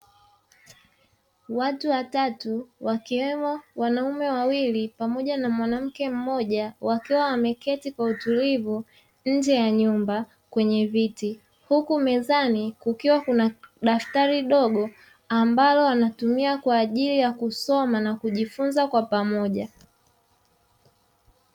Watu watatu wakiwemo wanaume wawili pamoja na mwanamke mmoja wakiwa wameketi kwa utulivu nje ya nyumba kwenye viti, huku mezani kukiwa na daftari dogo ambalo wanatumia kwa ajili ya kusoma na kujifunza kwa pamoja.